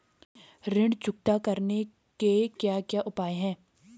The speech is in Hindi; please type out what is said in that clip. ऋण चुकता करने के क्या क्या उपाय हैं?